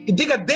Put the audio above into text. diga